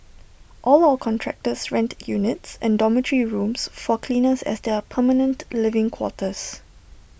all our contractors rent units and dormitory rooms for cleaners as their permanent living quarters